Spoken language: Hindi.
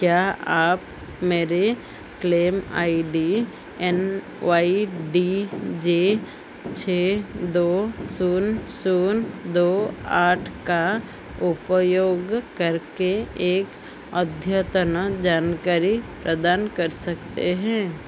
क्या आप मेरे claim I D N Y D J छः दो शून्य शून्य दो आठ का उपयोग करके एक अद्यतन जानकारी प्रदान कर सकते हें